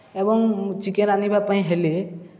ଏବଂ ଚିକେନ୍ ରାନ୍ଧିବା ପାଇଁ ହେଲେ